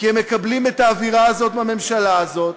כי הם מקבלים את האווירה הזאת מהממשלה הזאת,